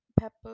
pepper